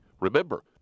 Remember